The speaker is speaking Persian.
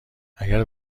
اگر